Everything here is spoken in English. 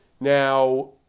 Now